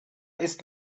ist